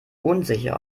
unsicher